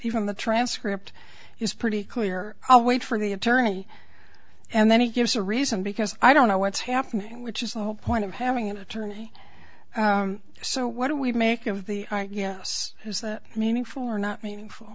even the transcript is pretty clear i'll wait for the attorney and then he gives a reason because i don't know what's happening which is the whole point of having an attorney so what do we make of the yes is that meaningful or not meaningful